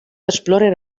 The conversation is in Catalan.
explorer